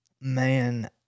Man